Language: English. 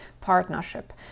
partnership